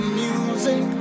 music